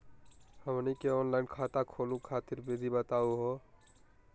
हमनी के ऑनलाइन खाता खोलहु खातिर विधि बताहु हो?